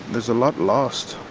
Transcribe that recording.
there's a lot lost,